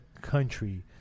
country